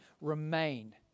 remain